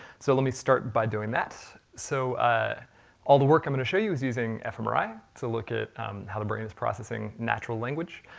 so let me start by doing that. so all the work i'm going to show you is using fmri to look at how the brain is processing natural language,